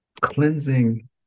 cleansing